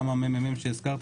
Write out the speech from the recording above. גם הממ"מ שהזכרת,